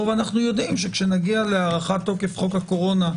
אנחנו יודעים שכשנגיע להארכת תוקף חוק הקורונה,